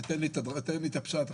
תן לי את הפשט.